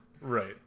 Right